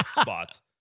spots